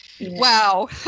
Wow